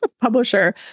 publisher